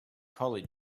college